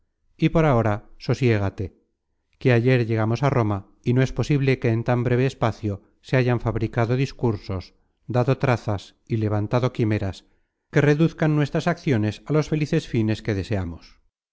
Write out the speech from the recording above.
y por ahora sosiégate que ayer llegamos á roma y no es posible que en tan breve espacio se hayan fabricado discursos dado trazas y levantado quimeras que reduzcan nuestras acciones á los felices content from google book search generated at fines que deseamos